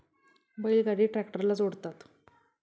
बैल गाडी ट्रॅक्टरला जोडतात